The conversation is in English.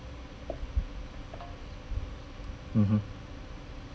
mmhmm